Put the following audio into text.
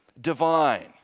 divine